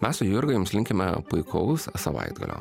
na su jurga jums linkime puikaus savaitgalio